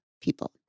people